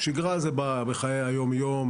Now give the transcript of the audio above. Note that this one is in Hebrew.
שגרה זה בחיי היום יום,